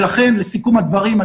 ולכן לסיכום הדברים,